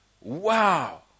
Wow